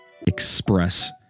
express